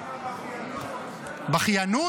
כמה בכיינות.